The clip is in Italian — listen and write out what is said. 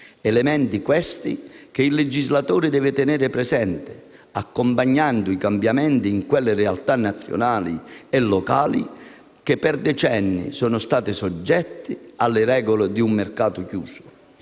Elementi, questi, che il legislatore deve tener presenti, accompagnando i cambiamenti in quelle realtà nazionali e locali che per decenni sono state soggette alle regole di un mercato chiuso.